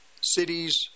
cities